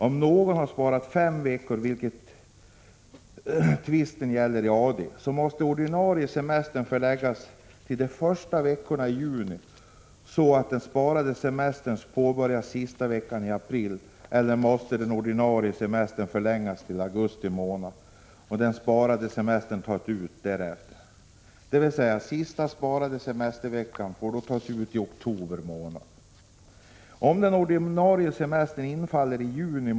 Om någon har sparat fem veckor, vilket tvisten gällde i AD, så måste den ordinarie semestern förläggas till de första veckorna i juni så att den sparade semestern påbörjas sista veckan i april, eller också måste den ordinarie semestern förläggas till augusti månad och den sparade semestern tas ut därefter — dvs. den sista sparade semesterveckan får då tas ut i oktober månad.